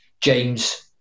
James